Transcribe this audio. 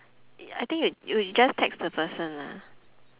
I think you you just text the person lah